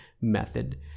method